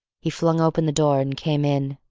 he flung open the door and came in,